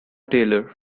taylor